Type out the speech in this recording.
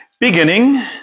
beginning